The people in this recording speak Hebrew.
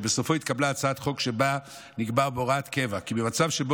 ובסופו התקבלה הצעת חוק שבה נקבע בהוראת קבע כי במצב שבו